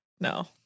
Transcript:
No